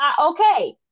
okay